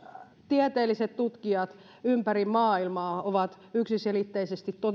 tieteelliset tutkijat ympäri maailmaa ovat yksiselitteisesti